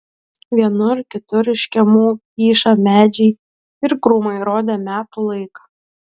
vienur kitur iš kiemų kyšą medžiai ir krūmai rodė metų laiką